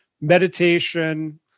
meditation